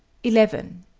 eleven.